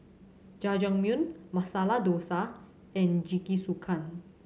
Jajangmyeon Masala Dosa and Jingisukan